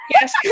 Yes